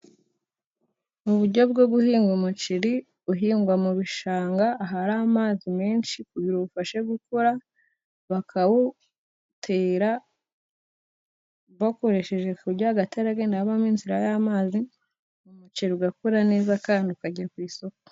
Mu buryo bwo guhinga umuceri uhingwa mu bishanga ahari amazi menshi biwufashe gukura, bakawutera bakoresheje ku buryo hagati hasigaramo inzira y'amazi mu muceri ugakura neza, ukera ukajya ku isoko.